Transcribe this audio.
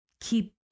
keep